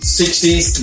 60s